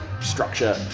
structure